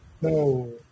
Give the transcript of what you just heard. No